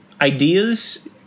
ideas